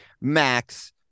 Max